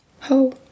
Ho